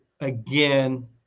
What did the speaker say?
again